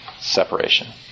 Separation